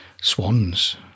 swans